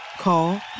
Call